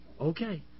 Okay